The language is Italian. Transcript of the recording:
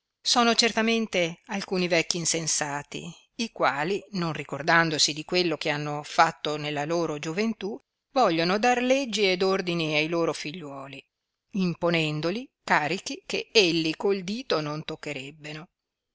sono certamente alcuni vecchi insensati i quali non ricordandosi di quello che hanno fatto nella loro gioventù vogliono dar leggi ed ordini ai loro figliuoli imponendoli carichi che elli col dito non toccherebbeno